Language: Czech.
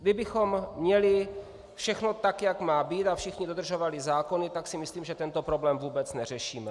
Kdybychom měli všechno tak, jak má být, a všichni dodržovali zákony, tak si myslím, že tento problém vůbec neřešíme.